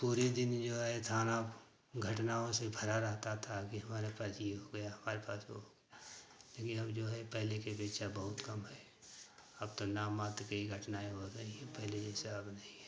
पूरे दिन जो है थाना घटनाओं से भरा रहता था कि हमारा पास ये हो गया हमारे पास वो हो गया देखिए अब जो है पहले के अपेक्षा बहुत कम है अब तो नाम मात्र के ही घटनाएँ हो रही हैं पहले जैसे अब नहीं है